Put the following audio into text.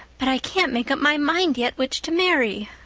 but i can't make up my mind yet which to marry,